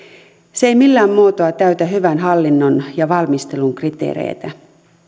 se ei millään muotoa täytä hyvän hallinnon ja valmistelun kriteereitä